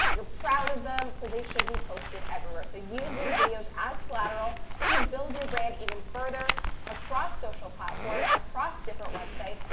you're proud of them, so they should be posted everywhere. so use these videos as collateral to build your brand even further across social platforms, across different websites,